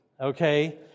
okay